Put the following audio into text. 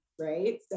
right